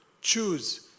choose